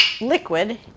liquid